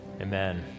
amen